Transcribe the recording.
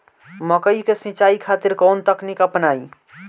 मकई के सिंचाई खातिर कवन तकनीक अपनाई?